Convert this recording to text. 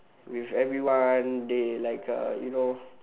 with everyone they like uh you know